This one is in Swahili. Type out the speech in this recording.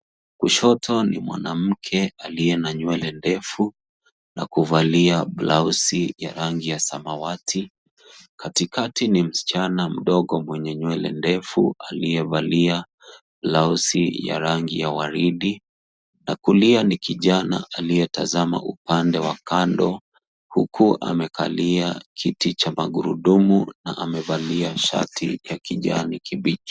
Kushoto ni mwanamke aliye na nywele ndefu na kuvalia blausi ya rangi ya samawati, katikati ni msichana mdogo mwenye nywele ndefu aliyevalia blausi ya rangi ya waridi na kulia ni kijana aliyetazama upande wa kando huku amekalia kiti cha magurudumu na amevalia shati ya kijani kibichi.